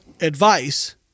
advice